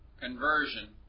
conversion